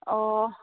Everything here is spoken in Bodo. अह